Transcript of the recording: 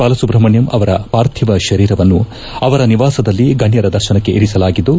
ಬಾಲಸುಬ್ರಹ್ಮಣ್ಣಂ ಅವರ ಪಾರ್ಥಿವ ಶರೀರವನ್ನು ಅವರ ನಿವಾಸದಲ್ಲಿ ಗಣ್ನರ ದರ್ಶನಕ್ಕೆ ಇರಿಸಲಾಗಿದ್ದು